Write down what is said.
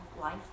life